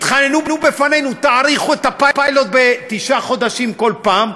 התחננו בפנינו: תאריכו את הפיילוט בתשעה חודשים כל פעם.